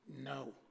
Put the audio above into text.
No